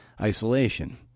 isolation